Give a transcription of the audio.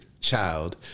child